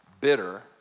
bitter